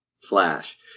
flash